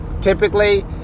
typically